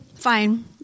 Fine